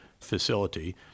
facility